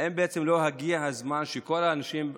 האם לא הגיע הזמן שכל האנשים,